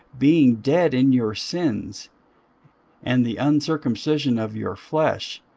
being dead in your sins and the uncircumcision of your flesh,